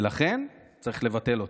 ולכן צריך לבטל אותה.